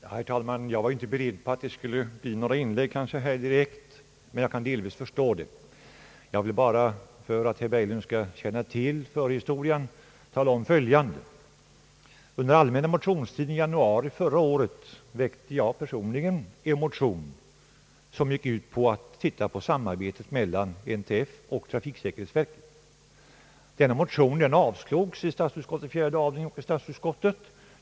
Herr talman! Jag var inte beredd på att det skulle göras några inlägg på denna punkt, men jag kan delvis förstå att så blev fallet. Jag vill endast, för att herr Berglund skall känna till förhistorien, tala om följande. Under den allmänna motionstiden i januari förra året väckte jag en motion, som gick ut på att få till stånd en översyn av sambarbetet mellan NTF och trafiksäkerhetsverket. Denna motion avstyrktes av statsutskottets fjärde avdelning.